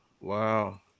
Wow